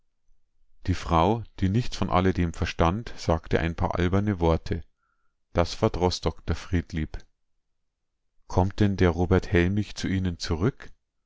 die frau die nichts von allem verstand sagte ein paar alberne worte das verdroß dr friedlieb kommt denn der robert hellmich zu ihnen zurück